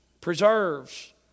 preserves